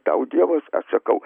tau dievas atsakau